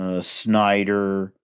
Snyder